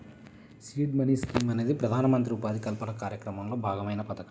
seed money scheme అనేది ప్రధానమంత్రి ఉపాధి కల్పన కార్యక్రమంలో భాగమైన పథకం